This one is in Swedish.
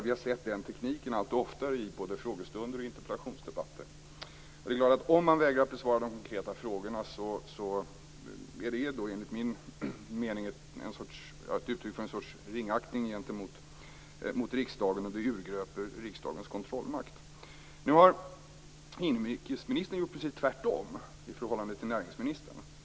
Vi har sett den tekniken allt oftare i både frågestunder och interpellationsdebatter. Om man vägrar att besvara de konkreta frågorna är det enligt min mening uttryck för en sorts ringaktning gentemot riksdagen, och det urgröper riksdagens kontrollmakt. Nu har inrikesministern gjort precis tvärtom i förhållande till näringsministern.